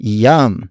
yum